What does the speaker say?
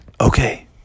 okay